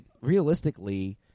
realistically